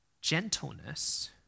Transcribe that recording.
gentleness